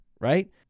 right